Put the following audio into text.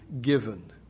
given